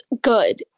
good